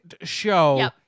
show